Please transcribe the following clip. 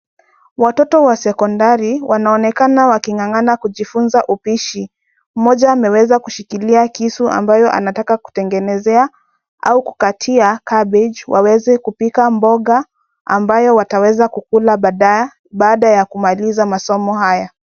Watoto wa sekondari wanaonekana waking'ang'ana kujifunza upishi. Mmoja ameweza kushikilia kisu ambayo anataka kutengenezea au kukatia [c]cabbage waweze kupika mboga, ambayo wataweza kukula baada ya kumaliza masomo haya.